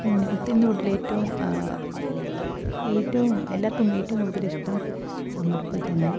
പിന്നെ ഏറ്റവും ഏറ്റവും എല്ലാവർക്കും ഏറ്റവും കൂടുതൽ ഇഷ്ടം സമർപ്പിൽ തന്നെ